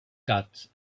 cuts